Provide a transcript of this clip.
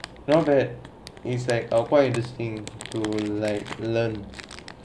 now that it's like ah quite interesting to like learn